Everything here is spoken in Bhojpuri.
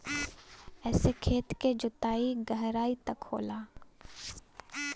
एसे खेत के जोताई गहराई तक होला